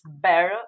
better